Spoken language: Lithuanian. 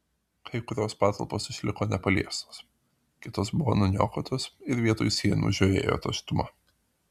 kai kurios patalpos išliko nepaliestos kitos buvo nuniokotos ir vietoj sienų žiojėjo tuštuma